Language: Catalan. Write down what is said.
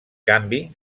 canvi